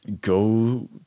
go